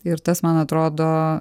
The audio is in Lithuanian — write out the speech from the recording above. ir tas man atrodo